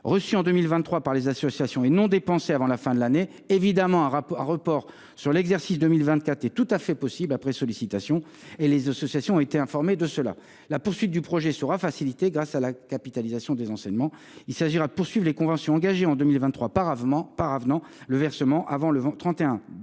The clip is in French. reçus en 2023 par les associations qui n’auront pas été dépensés avant la fin de l’année. Évidemment, leur report sur l’exercice 2024 est tout à fait envisageable, après sollicitation. Les associations en ont été informées. La poursuite du projet sera facilitée grâce à la capitalisation des enseignements. Il s’agira de poursuivre les conventions engagées en 2023 par avenant, avec un versement, avant le 31